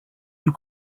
you